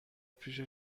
پیش